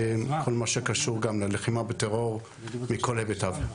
כל מה שקשור בלחימה בטרור מכל היבטיו.